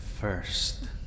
first